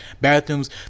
bathrooms